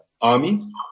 army